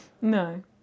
No